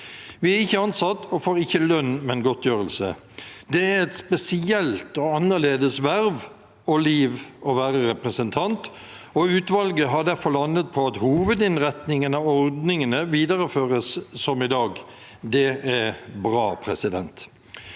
Vi er ikke ansatt og får ikke lønn, men godtgjørelse. Det er et spesielt og annerledes verv og liv å være representant, og utvalget har derfor landet på at hovedinnretningen av ordningene videreføres som i dag. Det er bra. Utvalget